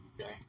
okay